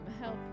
help